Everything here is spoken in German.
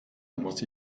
muss